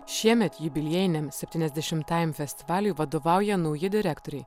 šiemet jubiliejiniam septyniasdešimtajam festivaliui vadovauja nauji direktoriai